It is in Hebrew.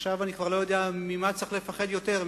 ועכשיו אני לא יודע ממה צריך לפחד יותר,